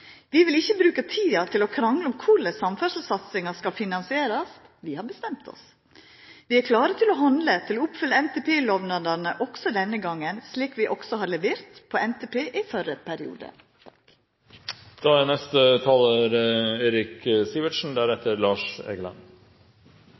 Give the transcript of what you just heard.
Vi vil ikkje bruka tida til å krangla om korleis samferdslesatsinga skal finansierast, vi har bestemt oss. Vi er klare til å handla og til å oppfylla NTP-lovnadane også denne gongen, slik vi også har levert på NTP i den førre perioden. Nordland fylke er